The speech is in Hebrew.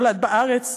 נולד בארץ,